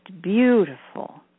beautiful